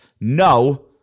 No